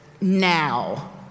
now